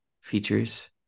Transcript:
features